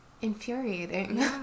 infuriating